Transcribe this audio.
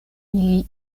ili